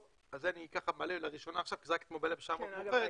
אני מעלה את זה עכשיו לראשונה כי רק אתמול בלילה זה נודע לי.